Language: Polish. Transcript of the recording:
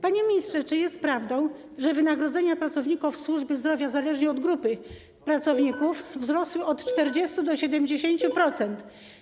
Panie ministrze, czy jest prawdą, że wynagrodzenia pracowników służby zdrowia, zależnie od grupy pracowników, wzrosły od 40 do 70%?